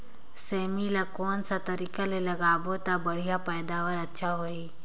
सेमी ला कोन सा तरीका ले लगाबो ता बढ़िया पैदावार अच्छा होही?